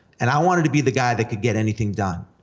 and i wanted to be the guy that could get anything done,